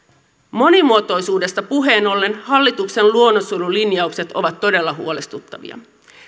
monimuotoisuudesta puheen ollen hallituksen luonnonsuojelulinjaukset ovat todella huolestuttavia